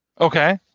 Okay